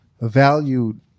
valued